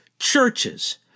Churches